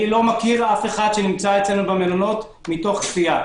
אני לא מכיר אף אחד שנמצא אצלנו במלונות מתוך כפייה.